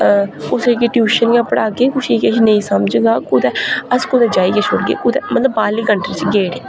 कुसै'गी tuition गै पढ़ागे कुसै गी नेईं किश नेईं समझ गै औग कुतै अस कुते जाई गै छोड़गे मतलब बाह्रली कंट्री च गे